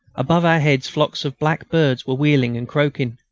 above our heads flocks of black birds were wheeling and croaking.